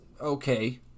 okay